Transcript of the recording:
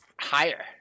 higher